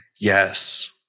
Yes